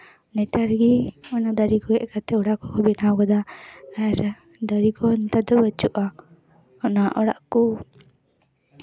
ᱱᱮᱛᱟᱨ ᱜᱮ ᱚᱱᱟ ᱫᱟᱨᱮ ᱠᱚ ᱜᱮᱫ ᱠᱟᱛᱮ ᱚᱲᱟᱜ ᱠᱚᱠᱚ ᱵᱮᱱᱟᱣ ᱠᱟᱫᱟ ᱟᱨ ᱫᱟᱨᱮ ᱠᱚ ᱱᱮᱛᱟᱨ ᱫᱚ ᱵᱟᱹᱪᱩᱜᱼᱟ ᱚᱱᱟ ᱚᱲᱟᱜ ᱠᱚ